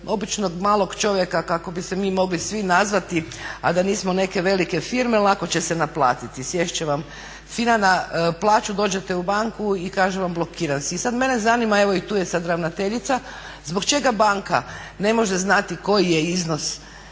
običnog malog čovjeka kako bi se mi svi mogli nazvati, a da nismo neke velike firme, lako će se naplatiti. Sjest će vam FINA na plaću, dođete u banku i kaže vam blokiran si. Sada mene zanima, evo sada je tu i ravnateljica, zbog čega banka ne može znati koji je iznos